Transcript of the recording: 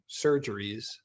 surgeries